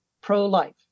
pro-life